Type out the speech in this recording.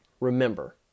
remember